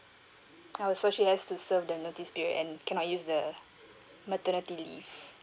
oh so she has to serve the notice period and cannot use the maternity leave